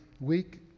week